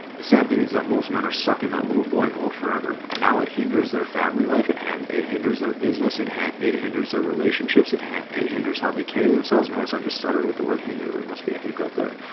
sad thing is that most men are stuck in that little boy mode forever. and now it hinders their family life at hand. it hinders their business. it has it hinders their relationships at hand and hinders how they carry themselves. notice i just started with the word hinder. there must be a hiccup there.